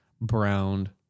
Browned